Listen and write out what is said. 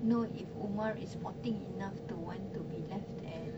know if umar is sporting enough to want to be left at